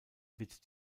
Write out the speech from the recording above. wird